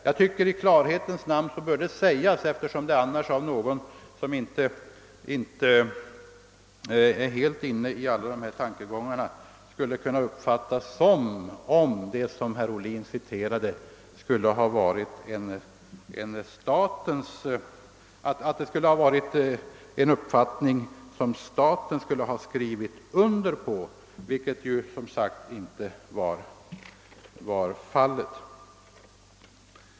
Jag tycker att detta i klarhetens namn bör sägas ut, eftersom annars någon, som inte är inne i alla dessa tankegångar, skulle kunna uppfatta det hela som om det av herr Ohlin citerade skulle ha varit den uppfattning som staten skrivit under. Detta är som sagt inte fallet.